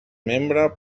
membre